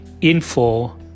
info